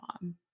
mom